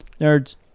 Nerds